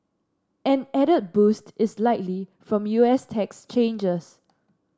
an added boost is likely from U S tax changes